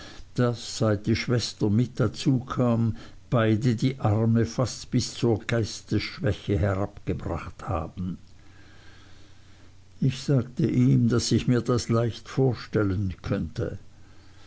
daß seit die schwester mit dazukam beide die arme fast bis zur geistesschwäche herabgebracht haben ich sagte ihm daß ich mir das leicht vorstellen könnte